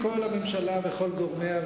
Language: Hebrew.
כל הממשלה וכל גורמיה,